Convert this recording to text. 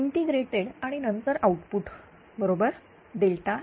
integrated आणि नंतर output बरोबर E